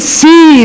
see